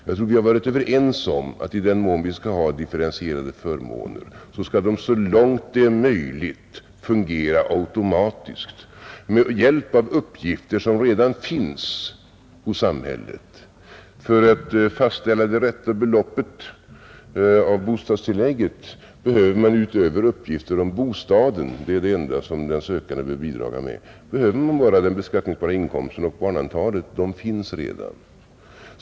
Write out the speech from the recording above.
Jag tror att vi varit överens om att i den mån vi skall ha differentierade förmåner, skall dessa så långt det är möjligt fungera automatiskt med hjälp av uppgifter som redan finns hos samhället. För att fastställa det rätta beloppet när det gäller bostadstillägget behöver man utöver uppgifter om bostaden — det är den enda uppgift den sökande behöver bidra med — bara uppgifter om den beskattningsbara inkomsten och om antalet barn, och dessa uppgifter finns redan.